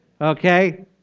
Okay